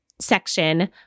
section